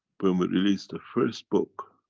but um ah released the first book,